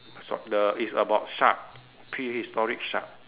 s~ the it's about shark prehistoric shark